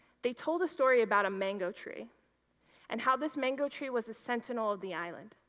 they told a story about a mango tree and how this mango tree was the sentinel of the island.